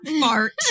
fart